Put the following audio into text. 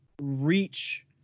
reach